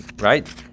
Right